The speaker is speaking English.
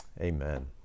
Amen